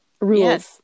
Rules